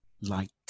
light